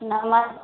नमस्ते